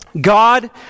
God